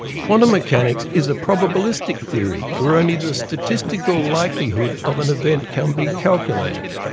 quantum mechanics is a probabilistic theory, where only the statistical likelihood of an event can be calculated.